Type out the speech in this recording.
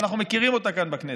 ואנחנו מכירים אותה כאן בכנסת: